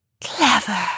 Clever